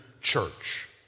Church